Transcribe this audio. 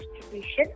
distribution